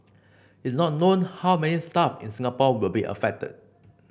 it's not known how many staff in Singapore will be affected